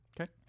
Okay